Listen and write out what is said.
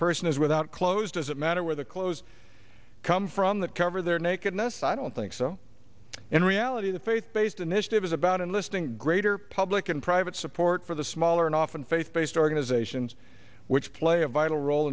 person is without clothes does it matter where the clothes come from that cover their nakedness i don't think so in reality the faith based initiative is about enlisting greater public and private support for the smaller and often faith based organizations which play a vital role